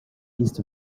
east